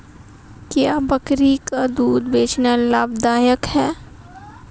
क्या बकरी का दूध बेचना लाभदायक है?